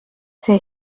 see